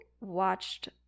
watched